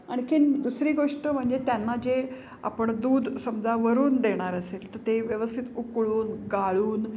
आणखीन दुसरी गोष्ट म्हणजे त्यांना जे आपण दूध समजा वरून देणार असेल तर ते व्यवस्थित उकळून गाळून